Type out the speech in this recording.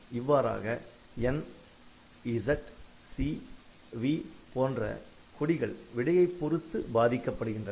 இவ்வாறாக N Z C V போன்ற கொடிகள் விடையைப் பொறுத்து பாதிக்கப்படுகின்றன